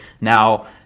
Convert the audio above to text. now